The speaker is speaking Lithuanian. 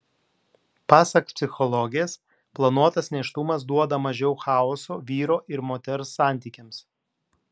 pasak psichologės planuotas nėštumas duoda mažiau chaoso vyro ir moters santykiams